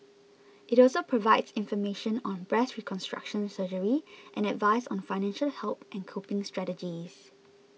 it also provides information on breast reconstruction surgery and advice on financial help and coping strategies